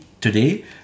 today